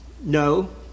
No